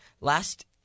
last